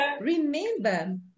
remember